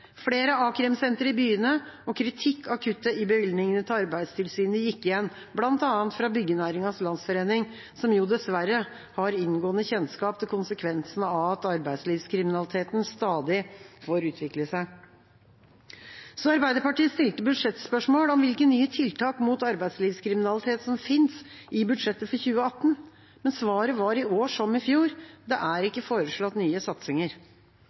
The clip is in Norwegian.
Flere a-krimsentre i byene og kritikk av kuttet i bevilgningene til Arbeidstilsynet gikk igjen, bl.a. fra Byggenæringens Landsforening, som jo dessverre har inngående kjennskap til konsekvensene av at arbeidslivskriminaliteten stadig får utvikle seg. Arbeiderpartiet stilte budsjettspørsmål om hvilke nye tiltak mot arbeidslivskriminalitet som finnes i budsjettet for 2018. Svaret var i år som i fjor: Det er ikke foreslått nye satsinger.